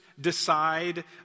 decide